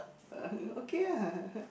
uh okay ah